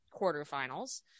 quarterfinals